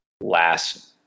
last